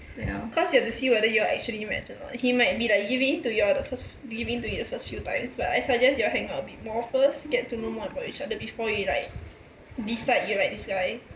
cause you have to see whether your actually match or not he might be like giving in to you the first giving in to you the first few times but I suggest your hang out a bit more first get to know more about each other before you like decide you like this guy